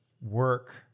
work